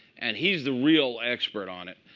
and he's the real expert on it.